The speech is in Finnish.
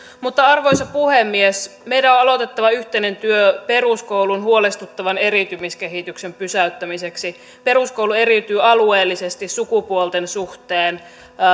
mutta arvoisa puhemies meidän on aloitettava yhteinen työ peruskoulun huolestuttavan eriytymiskehityksen pysäyttämiseksi peruskoulu eriytyy alueellisesti sukupuolten suhteen